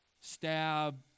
stab